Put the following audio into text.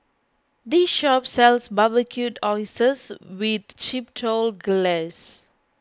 this shop sells Barbecued Oysters with Chipotle Glaze